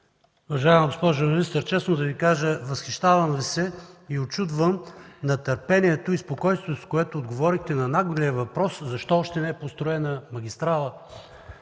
Уважаема госпожо министър, честно да Ви кажа, възхищавам Ви се и се учудвам на търпението и спокойствието, с което отговорихте на наглия въпрос защо още не е построена магистрала